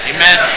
Amen